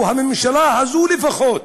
או הממשלה הזאת, לפחות,